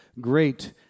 great